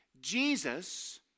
Jesus